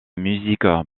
musique